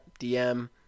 DM